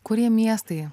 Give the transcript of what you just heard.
kurie miestai